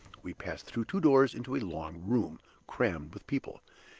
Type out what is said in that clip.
we passed through two doors into a long room, crammed with people.